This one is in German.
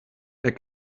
der